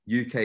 UK